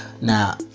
Now